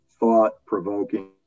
thought-provoking